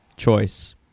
choice